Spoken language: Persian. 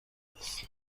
است